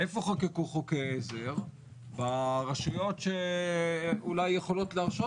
איפה חוקקו חוקי עזר ברשויות שאולי יכולות להרשות